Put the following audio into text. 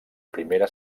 primera